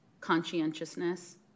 conscientiousness